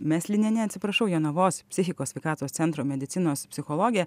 meslinienė atsiprašau jonavos psichikos sveikatos centro medicinos psichologė